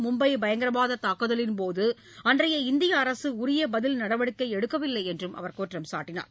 மும்பை பயங்கரவாத தாக்குதலின்போது அன்றைய இந்திய அரசு உரிய பதில் நடவடிக்கை எடுக்கவில்லை என்று அவர் குற்றம் சாட்டினார்